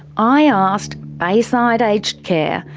i asked bayside aged care,